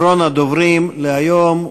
אחרון הדוברים להיום,